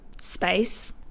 space